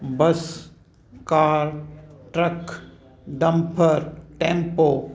bus car truck dumper tempo